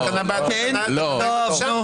לא.